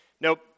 Nope